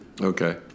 okay